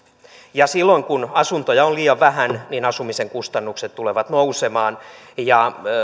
silloin kun asuntoja on liian vähän asumisen kustannukset tulevat nousemaan